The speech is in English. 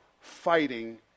fighting